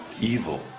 Evil